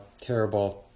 terrible